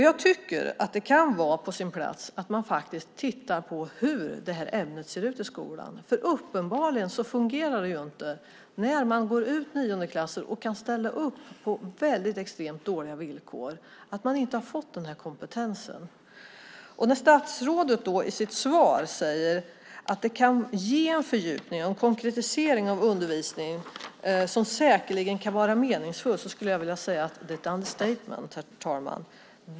Jag tycker att det kan vara på sin plats att man tittar på hur det här ämnet ser ut i skolan, för uppenbarligen fungerar det ju inte när man går ut nionde klass och kan ställa upp på extremt dåliga villkor. Då har man inte fått den här kompetensen. När statsrådet säger i sitt svar att det kan ge en fördjupning och konkretisering av undervisningen som säkerligen kan vara meningsfull skulle jag vilja säga att det är ett understatement, herr talman.